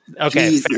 okay